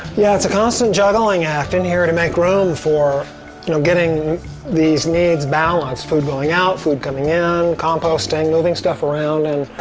yeah, it's a constant juggling act in here, to make room for you know getting these needs balanced. food going out, food coming in, composting, moving stuff around and